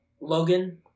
Logan